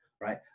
right